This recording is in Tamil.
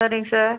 சரிங்க சார்